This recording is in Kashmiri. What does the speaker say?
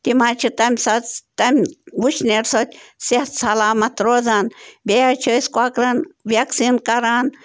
تِم حظ چھِ تَمہِ ساتہٕ تَمہِ وٕشنیر سۭتۍ صحت سلامَت روزان بیٚیہِ حظ چھِ أسۍ کۄکرَن وٮ۪کسیٖن کران